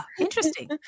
interesting